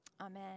Amen